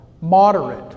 moderate